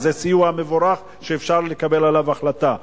זה סיוע מבורך שאפשר לקבל החלטה עליו.